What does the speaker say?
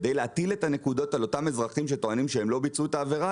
כדי להטיל את הנקודות על אותם אזרחים שטוענים שהם לא ביצעו את העבירה,